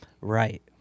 right